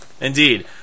Indeed